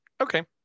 Okay